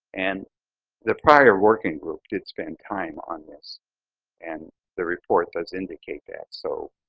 and the prior working group did spend time on this and the report does indicate that. so,